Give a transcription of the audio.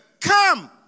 Come